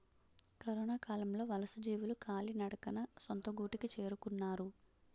కరొనకాలంలో వలసజీవులు కాలినడకన సొంత గూటికి చేరుకున్నారు